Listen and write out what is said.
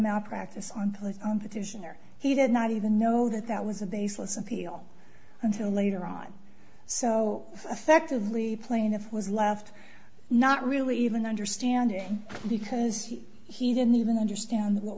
malpractise on petitioner he did not even know that that was a baseless appeal until later on so effectively plaintiff was left not really even understanding because he didn't even understand what